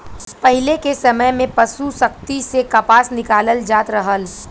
पहिले के समय में पसु शक्ति से कपास निकालल जात रहल